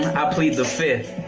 i plead the fifth